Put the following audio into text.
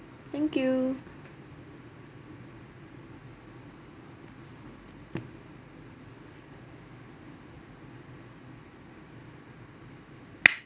thank you